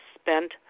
spent